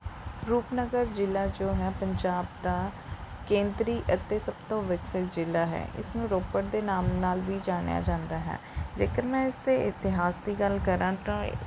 ਰੂਪਨਗਰ ਜ਼ਿਲ੍ਹਾ ਜੋ ਹੈ ਪੰਜਾਬ ਦਾ ਕੇਂਦਰੀ ਅਤੇ ਸਭ ਤੋਂ ਵਿਕਸਿਤ ਜ਼ਿਲ੍ਹਾ ਹੈ ਇਸ ਨੂੰ ਰੋਪੜ ਦੇ ਨਾਮ ਨਾਲ ਵੀ ਜਾਣਿਆ ਜਾਂਦਾ ਹੈ ਜੇਕਰ ਮੈਂ ਇਸ ਦੇ ਇਤਿਹਾਸ ਦੀ ਗੱਲ ਕਰਾਂ ਤਾਂ